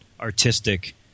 artistic